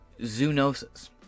zoonosis